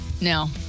No